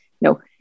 no